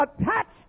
attached